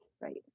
Right